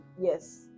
yes